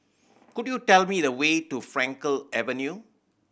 could you tell me the way to Frankel Avenue